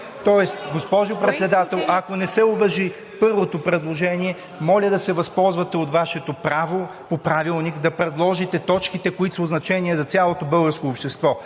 Тоест, госпожо Председател, ако не се уважи първото предложение, моля да се възползвате от Вашето право по Правилник да предложите точките, които са от значение за цялото българско общество